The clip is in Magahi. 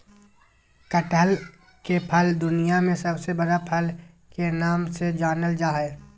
कटहल के फल दुनिया में सबसे बड़ा फल के नाम से जानल जा हइ